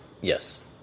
Yes